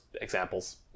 examples